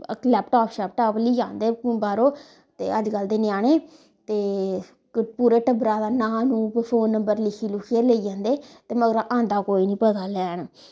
laptop शैपटॉप लेइयै आंदे बाह्रों ते अज्जकल दे ञ्याणे ते पूरे टब्बरा दा नांऽ नूं फोन नंबर लिखियै लुखियै लेई जंदे ते मगरा आंदा कोई नी पता लैन